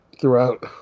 throughout